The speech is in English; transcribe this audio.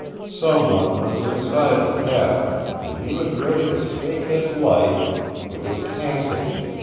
someone was inside the cabin, and he was ready to stake his life it was cassidy,